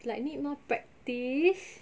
like need more practice